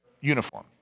uniform